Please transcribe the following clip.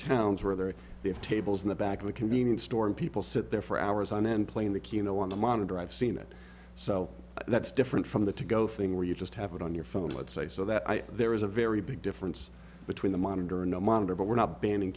towns where they have tables in the back of a convenience store and people sit there for hours on end playing the key you know on the monitor i've seen it so that's different from the to go thing where you just have it on your phone i would say so that i there is a very big difference between the monitor no monitor but we're not banning